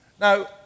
Now